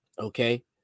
okay